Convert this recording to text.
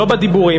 לא בדיבורים,